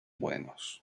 buenos